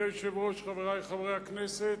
אדוני היושב-ראש, חברי חברי הכנסת,